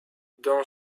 dans